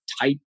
type